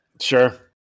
Sure